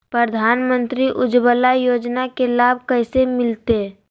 प्रधानमंत्री उज्वला योजना के लाभ कैसे मैलतैय?